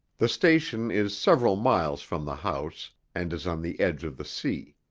the station is several miles from the house, and is on the edge of the sea.